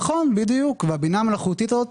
נכון והבינה המלאכותית הזאת,